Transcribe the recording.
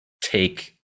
take